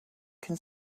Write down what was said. can